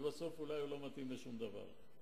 ובסוף אולי הוא לא מתאים לשום דבר.